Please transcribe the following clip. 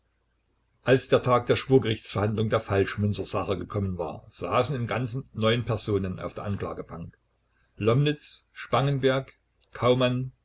als der tag der schwurgerichtsverhandlung der falschmünzersache gekommen war saßen im ganzen neun personen auf der anklagebank lomnitz spangenberg kaumann